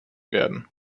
werden